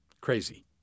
crazy